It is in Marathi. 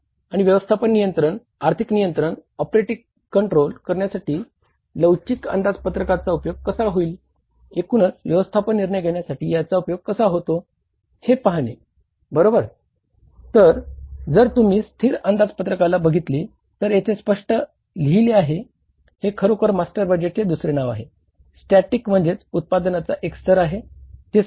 आणि व्यवस्थापन नियंत्रण आर्थिक नियंत्रण ऑपरेटिंग कंट्रोल करण्यासाठी लवचिक अंदाजपत्रकाचा म्हणजे उत्पादनाचा एक स्तर आहे जे स्थिर उत्पादनाचा एक स्तर आहे